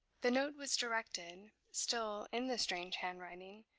the note was directed, still in the strange handwriting,